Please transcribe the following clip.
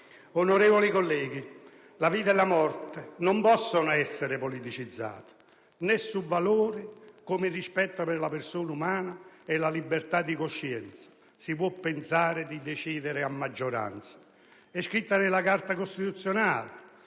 Onorevoli colleghi, la vita e la morte non possono essere politicizzati, né su valori come il rispetto per la persona umana e la libertà di coscienza si può pensare di decidere a maggioranza. È scritto nella Carta costituzionale